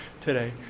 today